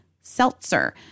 seltzer